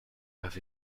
has